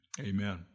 amen